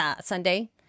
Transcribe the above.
Sunday